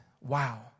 Wow